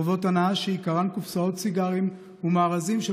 טובות הנאה שעיקרן קופסאות סיגרים ומארזים של